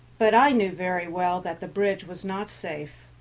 but i knew very well that the bridge was not safe.